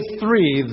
three